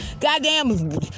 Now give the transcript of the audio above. Goddamn